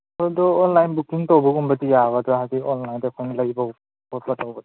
ꯑꯗꯣ online booking ꯇꯧꯕꯒꯨꯝꯕꯗꯤ ꯌꯥꯒꯗ꯭ꯔ ꯍꯥꯏꯗꯤ ꯑꯣꯟꯂꯥꯏꯟꯗ ꯈꯣꯡꯎꯞ ꯂꯩꯕ ꯈꯣꯠꯄ ꯇꯧꯕꯗꯣ